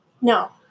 no